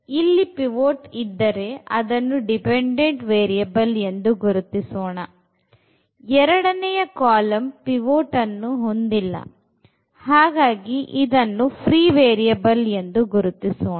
ಇಲ್ಲಿ pivot ಇದ್ದರೆ ಅದನ್ನು dependent variable ಎಂದು ಗುರುತಿಸೋಣ ಎರಡನೆಯ ಕಾಲಂ pivot ಅನ್ನು ಹೊಂದಿಲ್ಲ ಹಾಗಾಗಿ ಇದನ್ನು free variable ಎಂದುಗುರುತಿಸೋಣ